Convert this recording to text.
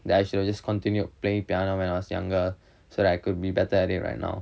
that I should have just continued playing piano when I was younger so that I could be better at it right now